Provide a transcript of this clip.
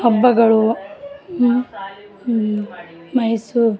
ಹಬ್ಬಗಳು ಮೈಸೂರು